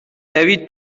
دوید